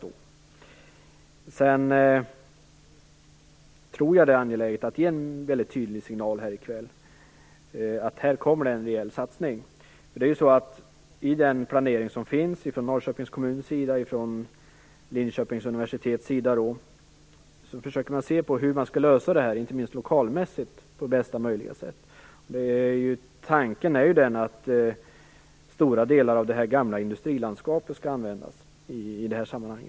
Jag tror att det är angeläget att ge en tydlig signal här i kväll om att det kommer en rejäl satsning. I den planering som görs i Norrköpings kommun och vid Linköpings universitet försöker man se hur man skall lösa detta på bästa möjliga sätt, inte minst lokalmässigt. Tanken är att stora delar av det gamla industrilandskapet skall användas i detta sammanhang.